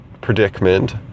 predicament